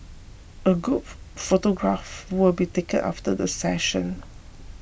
a group photograph will be taken after the session